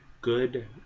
good